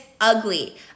ugly